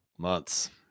months